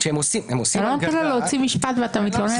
הם עושים --- אתה לא נותן לו להוציא משפט ואתה מתלונן עלינו?